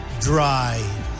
dry